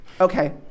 Okay